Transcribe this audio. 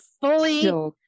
fully